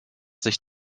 sich